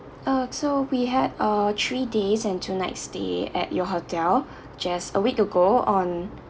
uh so we had a three days and two nights stay at your hotel just a week ago on